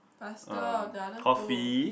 faster the other two